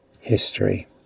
history